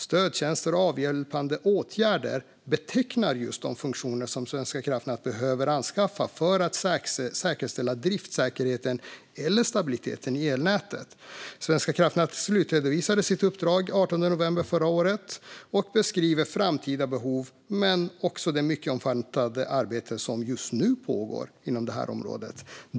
Stödtjänster och avhjälpande åtgärder betecknar just de funktioner som Svenska kraftnät behöver anskaffa för att säkerställa driftsäkerheten eller stabiliteten i elnätet. Svenska kraftnät slutredovisade sitt uppdrag den 18 november förra året och beskriver framtida behov men också det mycket omfattande arbete som just nu pågår på området.